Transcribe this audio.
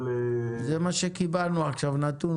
זה הנתון שקיבלנו עכשיו.